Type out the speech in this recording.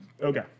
Okay